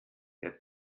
der